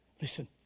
Listen